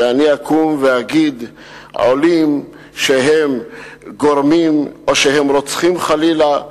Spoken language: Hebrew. שאני אקום ואגיד שהעולים הם גורמים או שהם רוצחים חלילה?